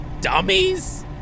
Dummies